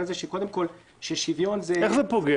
הזה שקודם כול שוויון --- איך זה פוגע?